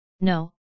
No